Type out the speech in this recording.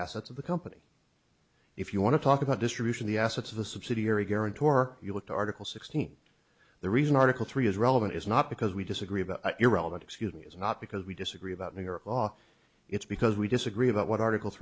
assets of the company if you want to talk about distribution the assets of the subsidiary guarantor you look to article sixteen the reason article three is relevant is not because we disagree about irrelevant excuse me it's not because we disagree about new york law it's because we disagree about what article